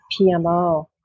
PMO